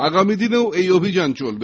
আগামীদিনেও এই অভিযান চলবে